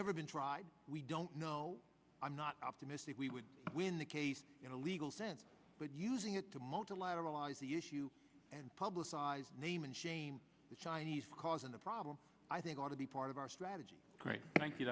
never been tried we don't know i'm not optimistic we would win the case in a legal sense but using it to multilateral eyes the issue and publicize name and shame the chinese causing the problem i think ought to be part of our strategy thank you